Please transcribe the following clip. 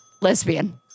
lesbian